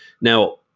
Now